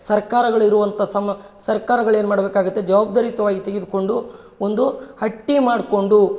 ಸರ್ಕಾರಗಳು ಇರುವಂಥ ಸಮ್ಮ ಸರ್ಕಾರಗಳು ಏನು ಮಾಡಬೇಕಾಗತ್ತೆ ಜವಾಬ್ದಾರಿಯುತವಾಗಿ ತೆಗೆದುಕೊಂಡು ಒಂದು ಹಟ್ಟಿ ಮಾಡಿಕೊಂಡು